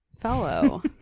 fellow